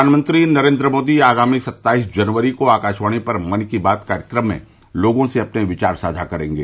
प्रधानमंत्री नरेन्द्र मोदी आगामी सत्ताईस जनवरी को आकाशवाणी पर मन की बात कार्यक्रम में लोगों से अपने विचार साझा करेंगे